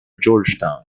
georgetown